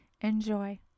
Enjoy